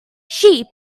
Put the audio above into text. sheep